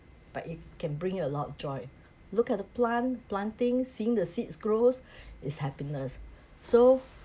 but it can bring a lot joy look at the plant planting seeing the seeds grows is happiness so